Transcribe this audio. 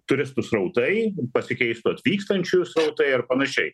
turistų srautai pasikeistų atvykstančiųjų srautai ar panašiai